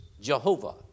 Jehovah